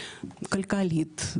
כלכלית,